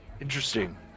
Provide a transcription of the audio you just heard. Interesting